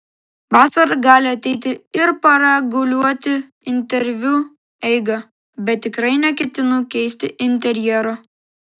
vasara gali ateiti ir pareguliuoti interviu eigą bet tikrai neketinu keisti interjero